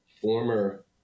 former